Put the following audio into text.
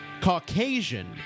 Caucasian